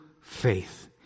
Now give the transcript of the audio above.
faith